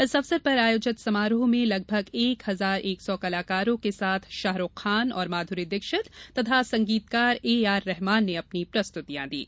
इस अवसर पर आयोजित समारोह में लगभग एक हजार एक सौ कलाकारों के साथ शाहरुख खान और माध्री दीक्षित और संगीतकार ए आर रहमान ने अपनी प्रस्तुतियां दीं